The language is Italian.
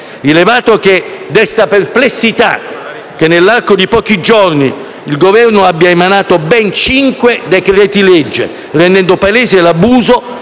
rilevato che desta perplessità che, nell'arco di pochi giorni, il Governo abbia emanato ben cinque decreti-legge, rendendo palese l'abuso